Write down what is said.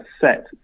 set